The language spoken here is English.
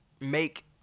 make